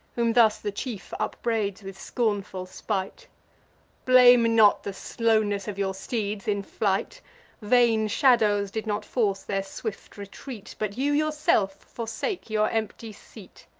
whom thus the chief upbraids with scornful spite blame not the slowness of your steeds in flight vain shadows did not force their swift retreat but you yourself forsake your empty seat.